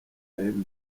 andrew